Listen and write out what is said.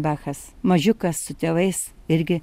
bachas mažiukas su tėvais irgi